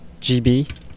GB